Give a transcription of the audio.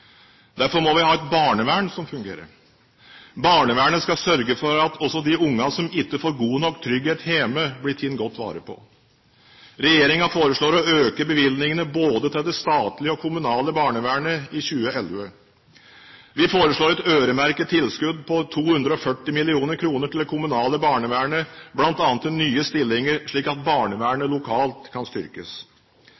Derfor må vi ha et barnevern som fungerer. Barnevernet skal sørge for at også de barna som ikke får god nok trygghet hjemme, blir tatt godt vare på. Regjeringen foreslår å øke bevilgningene både til det statlige og det kommunale barnevernet i 2011. Vi foreslår et øremerket tilskudd på 240 mill. kr til det kommunale barnevernet, bl.a. til nye stillinger, slik at